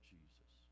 Jesus